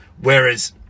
whereas